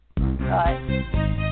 right